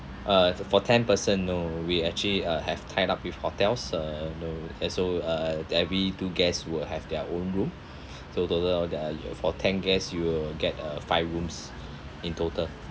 uh fo~ for ten person no we actually uh have tied up with hotels uh no as so uh every two guests will have their own room so total there are for ten guests you will get a five rooms in total